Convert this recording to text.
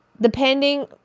depending